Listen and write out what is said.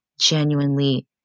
genuinely